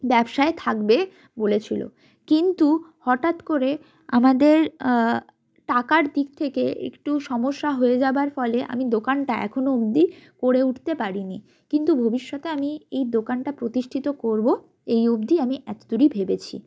ব্যবসায় থাকবে বলেছিল কিন্তু হঠাৎ করে আমাদের টাকার দিক থেকে একটু সমস্যা হয়ে যাওয়ার ফলে আমি দোকানটা এখনও অবধি করে উঠতে পারিনি কিন্তু ভবিষ্যতে আমি এই দোকানটা প্রতিষ্ঠিত করব এই অবধি আমি এতদূরই ভেবেছি